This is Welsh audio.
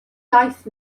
iaith